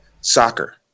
soccer